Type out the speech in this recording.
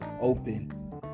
open